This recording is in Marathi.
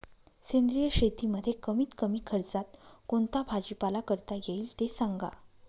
सेंद्रिय शेतीमध्ये कमीत कमी खर्चात कोणता भाजीपाला करता येईल ते सांगा